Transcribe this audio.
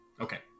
Okay